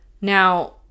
Now